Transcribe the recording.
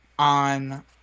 on